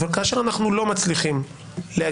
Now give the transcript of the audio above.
אבל כאשר אנחנו לא מצליחים להגיע,